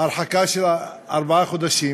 מהרחקה של ארבעה חודשים.